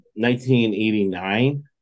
1989